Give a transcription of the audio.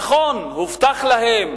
נכון, הובטח להם,